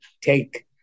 take